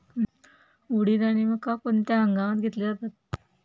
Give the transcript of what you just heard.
उडीद आणि मका कोणत्या हंगामात घेतले जातात?